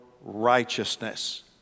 righteousness